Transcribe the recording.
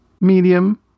Medium